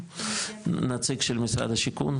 נציג של משרד השיכון,